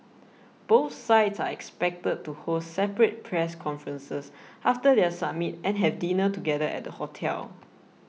both sides are expected to hold separate press conferences after their summit and have dinner together at the hotel